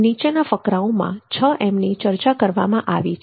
નીચેના ફકરાઓમાં 6 છ એમ ની ચર્ચા કરવામાં આવી છે